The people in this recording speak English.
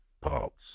parts